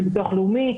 של ביטוח לאומי,